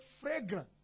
fragrance